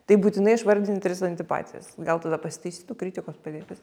tai būtinai išvardini tris antipatijas gal tada pasitaisytų kritikos padėtis